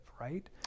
right